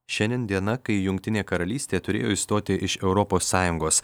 šiandien diena kai jungtinė karalystė turėjo išstoti iš europos sąjungos